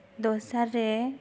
ᱫᱚᱥᱟᱨ ᱨᱮ